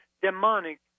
demonic